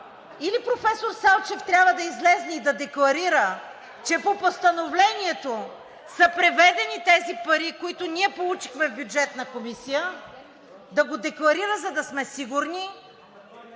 Или професор Салчев трябва да излезе и да декларира, че по Постановлението са преведени тези пари, които ние получихме в Бюджетната комисия, за да сме сигурни,